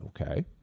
Okay